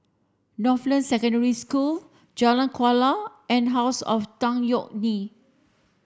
Northland Secondary School Jalan Kuala and House of Tan Yeok Nee